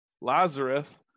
Lazarus